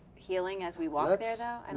healing as we walk and and